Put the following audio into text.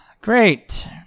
Great